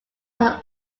are